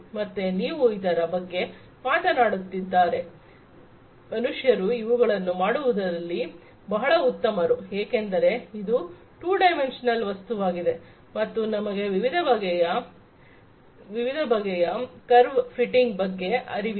ಮತ್ತೆ ನೀವು ಇದರ ಬಗ್ಗೆ ಮಾತನಾಡುತ್ತಿದ್ದಾರೆ ಮನುಷ್ಯರು ಇವುಗಳನ್ನು ಮಾಡುವುದರಲ್ಲಿ ಬಹಳ ಉತ್ತಮರು ಏಕೆಂದರೆ ಇದು 2 ಡೈಮೆನ್ಶನಲ್ ವಸ್ತುವಾಗಿದೆ ಮತ್ತು ನಮಗೆ ವಿವಿಧ ಬಗೆಯ ಕರ್ವ್ ಫಿಟ್ಟಿಂಗ್ ಬಗ್ಗೆ ಅರಿವಿದೆ